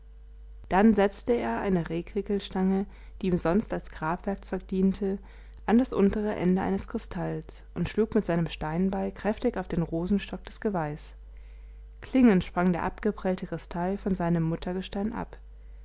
dann setzte er eine rehkrickelstange die ihm sonst als grabwerkzeug diente an das untere ende eines kristalls und schlug mit seinem steinbeil kräftig auf den rosenstock des geweihes klingend sprang der abgeprellte kristall von seinem muttergestein ab